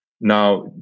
Now